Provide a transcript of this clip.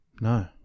No